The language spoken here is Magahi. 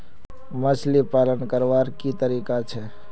मछली पालन करवार की तरीका छे?